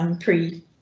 pre